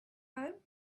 home